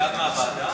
חייב מהוועדה?